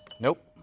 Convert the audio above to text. nope.